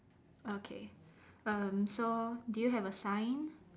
okay um so do you have a sign